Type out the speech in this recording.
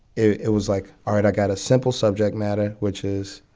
it was like, all right, i got a simple subject matter, which is,